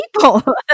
people